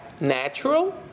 natural